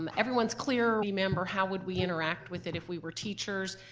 um everyone's clear remember how would we interact with it if we were teachers,